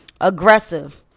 Aggressive